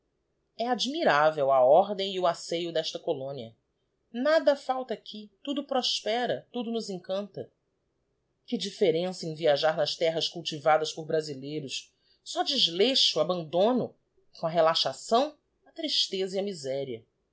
e admirável a ordem e o asseio desta colónia nada falta aqui tudo prospera tudo nos encanta que diíícrença em viajar nas terras cultivadas por brasileiros só desleixo abandono e com a relaxação a tristeza e a miséria